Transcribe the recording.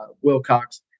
Wilcox